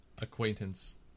acquaintance